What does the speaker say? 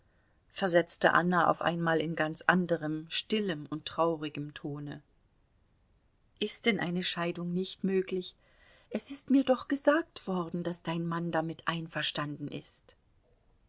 versetzte anna auf einmal in ganz anderem stillem und traurigem tone ist denn eine scheidung nicht möglich es ist mir doch gesagt worden daß dein mann damit einverstanden ist